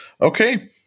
Okay